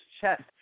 chest